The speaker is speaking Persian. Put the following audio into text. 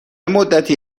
مدتی